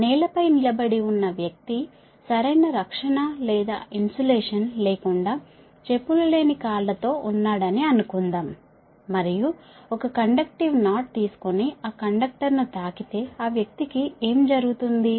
నేలపై నిలబడి ఉన్న వ్యక్తి సరైన రక్షణ లేదా ఇన్సులేషన్ లేకుండా చెప్పులు లేని కాళ్ళతో ఉన్నాడని అనుకుందాం మరియు ఒక కండక్టివ్ నాట్ తీసుకొని ఆ కండక్టర్ను తాకితే ఆ వ్యక్తికి ఏమి జరుగుతుంది